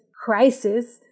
crisis